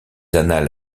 annales